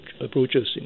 approaches